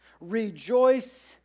Rejoice